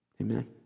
Amen